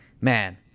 man